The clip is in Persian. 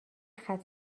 ختنه